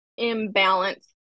imbalance